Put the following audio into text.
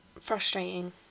Frustrating